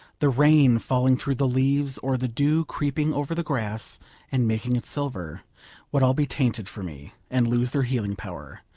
the rain falling through the leaves, or the dew creeping over the grass and making it silver would all be tainted for me, and lose their healing power,